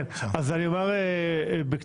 אני אומר בקצרה.